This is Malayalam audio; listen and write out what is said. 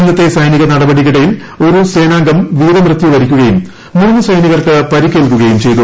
ഇന്നത്തെ സൈനിക നടപടിക്കിടയിൽ ഒരു സേനാംഗം വീരമൃത്യു വരിക്കുകയും മൂന്ന് സൈനികർക്ക് പരിക്കേൽക്കുകയും ചെയ്തു